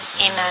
Amen